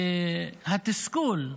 התסכול.